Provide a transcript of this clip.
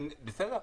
בסדר.